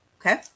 Okay